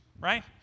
Right